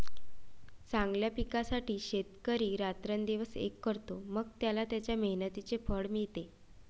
चांगल्या पिकासाठी शेतकरी रात्रंदिवस एक करतो, मग त्याला त्याच्या मेहनतीचे फळ मिळते